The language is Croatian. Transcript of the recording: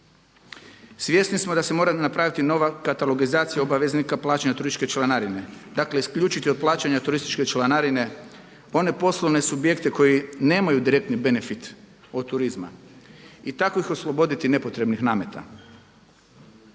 Svjesni smo da se mora napraviti nova katalogizacija obaveznika plaćanja turističke članarine, dakle isključiti od plaćanja turističke članarine one poslovne subjekte koji nemaju direktni benefit od turizma i tako ih osloboditi nepotrebnih nameta.